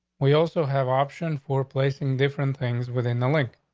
we also have option for placing different things within the link.